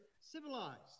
civilized